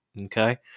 okay